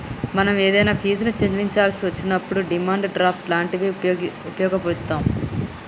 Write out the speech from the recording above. మనం ఏదైనా ఫీజుని చెల్లించాల్సి వచ్చినప్పుడు డిమాండ్ డ్రాఫ్ట్ లాంటివి వుపయోగిత్తాం